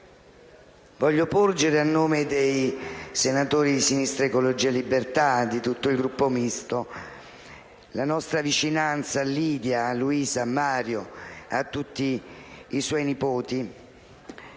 voglio porgere, a nome dei senatori di Sinistra Ecologia e Libertà e di tutto il Gruppo Misto, la nostra vicinanza a Lidia, a Luisa, a Mario, a tutti i suoi nipoti.